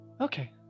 Okay